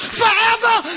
forever